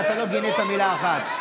ולא גינית במילה אחת.